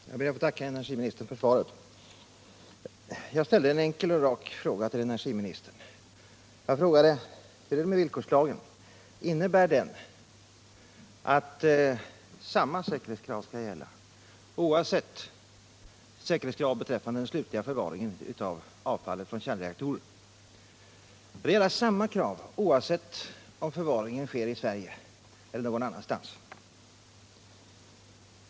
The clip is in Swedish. Herr talman! Jag ber att få tacka energiministern för svaret. Jag ställde en enkel och rak fråga till energiministern: Hur är det med villkorslagen, innebär den att samma säkerhetskrav skall gälla beträffande den slutliga förvaringen av avfallet från kärnreaktorer, oavsett om förvaringen sker i Sverige eller utomlands?